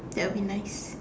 that would be nice